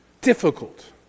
Difficult